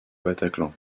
bataclan